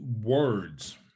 words